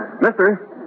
Mister